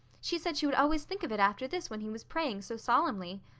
she said she would always think of it after this when he was praying so solemnly.